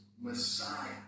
Messiah